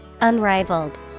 Unrivaled